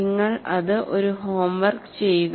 നിങ്ങൾ അത് ഒരു ഹോംവർക് ചെയ്യുക